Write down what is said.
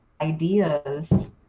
ideas